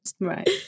Right